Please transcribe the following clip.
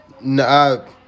No